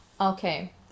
Okay